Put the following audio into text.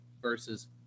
versus